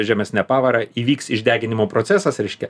žemesne pavara įvyks išdeginimo procesas reiškia